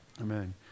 Amen